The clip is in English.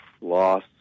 loss